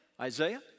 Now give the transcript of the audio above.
Isaiah